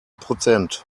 prozent